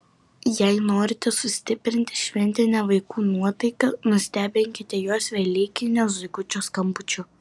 jei norite sustiprinti šventinę vaikų nuotaiką nustebinkite juos velykinio zuikučio skambučiu